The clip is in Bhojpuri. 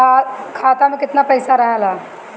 खाता में केतना पइसा रहल ह?